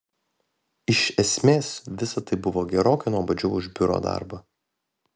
iš esmės visa tai buvo gerokai nuobodžiau už biuro darbą